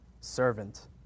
Servant